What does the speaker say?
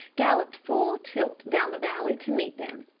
galloped full tilt down the valley to meet them.